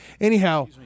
Anyhow